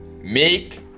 Make